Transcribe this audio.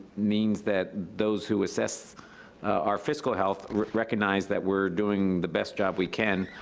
means that those who assess our fiscal health recognize that we're doing the best job we can,